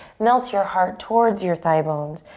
melt your heart towards your thigh bones,